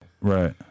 Right